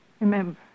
Remember